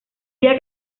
días